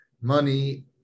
money